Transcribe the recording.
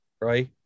right